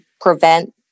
prevent